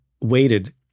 waited